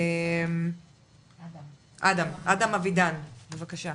אדם אבידן, בבקשה.